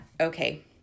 Okay